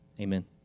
Amen